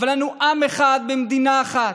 אנו עם אחד במדינה אחת.